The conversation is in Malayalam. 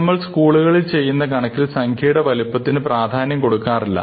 നമ്മൾ സ്കൂളുകളിൽ ചെയ്യുന്ന കണക്കിൽ സംഖ്യയുടെ വലുപ്പത്തിന് പ്രാധാന്യം കൊടുക്കാറില്ല